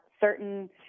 certain